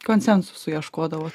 konsensusų ieškodavot